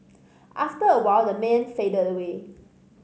after a while the man faded away